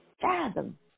fathom